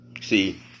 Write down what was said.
see